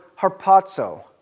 harpazo